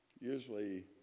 Usually